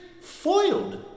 foiled